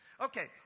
Okay